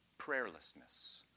prayerlessness